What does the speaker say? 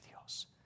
Dios